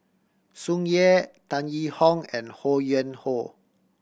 Tsung Yeh Tan Yee Hong and Ho Yuen Hoe